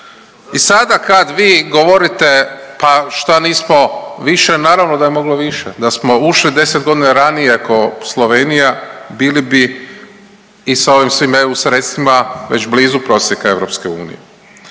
I sada kad vi govorite, pa šta nismo više, naravno da je moglo više da smo ušli 10.g. ranije ko Slovenija bili bi i sa ovim svim EU sredstvima već blizu prosjeka EU. Ali